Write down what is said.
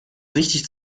richtig